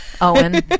Owen